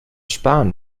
sparen